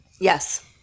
Yes